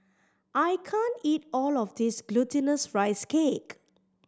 I can't eat all of this Glutinous Rice Cake